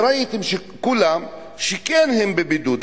וראיתם כולם שהם כן בבידוד.